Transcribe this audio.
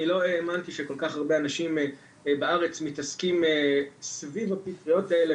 אני לא האמנתי שכל כך הרבה אנשים בארץ מתעסקים סביב הפטריות האלה,